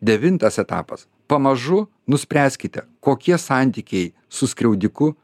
devintas etapas pamažu nuspręskite kokie santykiai su skriaudiku